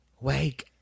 Wake